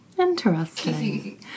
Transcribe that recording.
Interesting